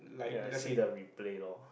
ya see the replay lor